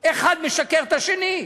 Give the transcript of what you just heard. אחד משקר לשני.